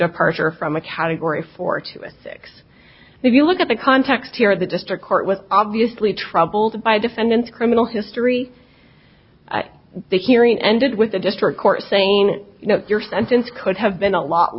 departure from a category four to six if you look at the context here the district court was obviously troubled by defendant criminal history at the hearing ended with the district court saying you know your sentence could have been a lot